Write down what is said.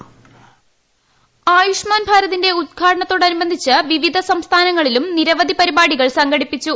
voice Ayushman ഭാരതിന്റെ ഉദ്ഘാടനത്തോടനുബന്ധിച്ച് വിവിധ സംസ്ഥാനങ്ങളിലും നിരവധി പരിപാട്ടിക്ട് സംഘടിപ്പിച്ചു